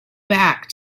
back